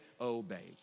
obey